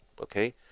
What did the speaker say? Okay